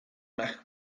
mac